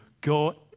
go